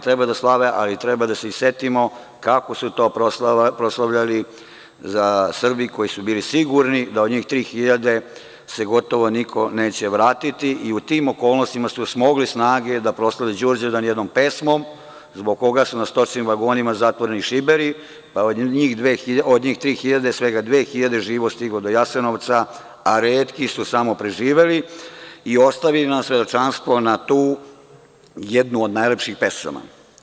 Treba da slave, ali treba i da se setimo kako su to proslavljali Srbi koji su bili sigurno da od njih 3000 se gotovo niko neće vratiti i u tim okolnostima su smoli snage da proslave Đurđevdan jednom pesmom, zbog koga su u stočnim vagonima zatvoreni šiberi, pa od njih 3000 svega 2000 je živo stiglo do Jasenovca, a retki su samo preživeli i ostavili nam svedočanstvo na tu jednu od najlepših pesama.